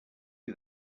you